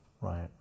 Right